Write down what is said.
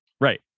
Right